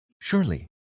Surely